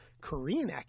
Korean